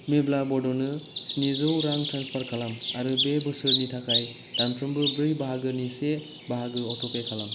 मेब्ला बड'नो स्निजौ रां ट्रेन्सफार खालाम आरो बे बोसोरसेनि थाखाय दानफ्रोमबो ब्रै बाहागोनि से बाहागो अट'पे खालाम